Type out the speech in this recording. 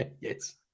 Yes